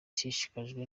ishishikajwe